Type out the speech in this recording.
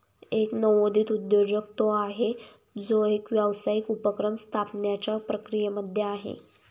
एक नवोदित उद्योजक तो आहे, जो एक व्यावसायिक उपक्रम स्थापण्याच्या प्रक्रियेमध्ये आहे